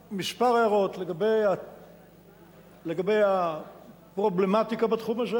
כמה הערות לגבי הפרובלמטיקה בתחום הזה,